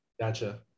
Gotcha